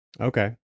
okay